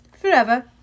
Forever